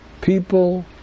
people